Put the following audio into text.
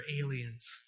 aliens